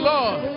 Lord